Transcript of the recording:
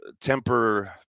temper